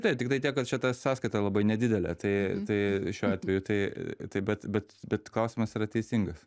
taip tiktai tiek kad šita sąskaita labai nedidelė tai tai šiuo atveju tai taip bet bet bet klausimas yra teisingas